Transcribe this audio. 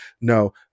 no